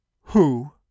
Who